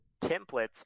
templates